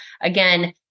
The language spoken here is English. again